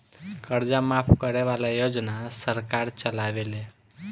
कर्जा माफ करे वाला योजना सरकार चलावेले